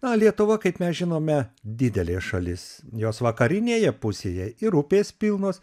na lietuva kaip mes žinome didelė šalis jos vakarinėje pusėje ir upės pilnos